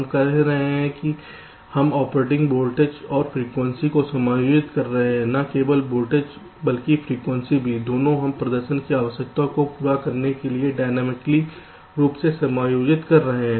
हम कह रहे हैं कि हम ऑपरेटिंग वोल्टेज और फ्रीक्वेंसी को समायोजित कर रहे हैं न केवल वोल्टेज बल्कि फ्रीक्वेंसी भी दोनों हम प्रदर्शन की आवश्यकता को पूरा करने के लिए डायनामिकली रूप से समायोजित कर सकते हैं